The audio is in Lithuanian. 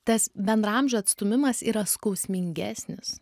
tas bendraamžių atstūmimas yra skausmingesnis